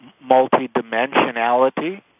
multi-dimensionality